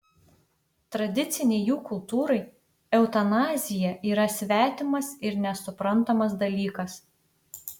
tradicinei jų kultūrai eutanazija yra svetimas ir nesuprantamas dalykas